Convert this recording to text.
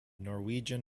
norwegian